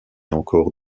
encore